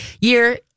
year